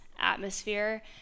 atmosphere